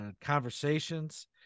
conversations